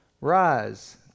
Rise